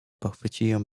pochwyciłem